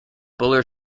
buller